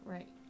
Right